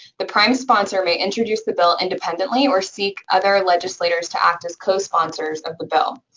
the prime sponsor may introduce the bill independently or seek other legislators to act as co-sponsors of the bill.